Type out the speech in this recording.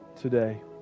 today